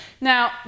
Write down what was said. Now